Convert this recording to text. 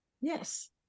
yes